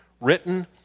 written